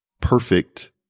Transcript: perfect